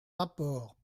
rapports